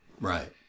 Right